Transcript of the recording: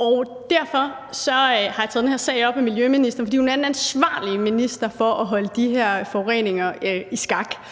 og derfor har jeg taget den her sag op med miljøministeren, altså fordi hun er den ansvarlige minister for at holde de her forureninger i skak.